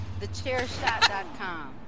Thechairshot.com